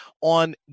on